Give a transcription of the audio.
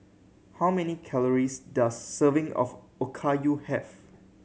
how many calories does serving of Okayu have